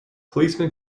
policemen